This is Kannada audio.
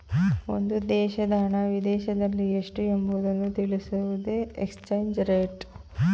ಒಂದು ದೇಶದ ಹಣ ವಿದೇಶದಲ್ಲಿ ಎಷ್ಟು ಎಂಬುವುದನ್ನು ತಿಳಿಸುವುದೇ ಎಕ್ಸ್ಚೇಂಜ್ ರೇಟ್